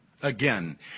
again